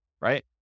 right